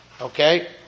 Okay